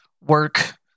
work